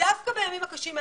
דווקא בימים הקשים האלה,